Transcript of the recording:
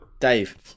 Dave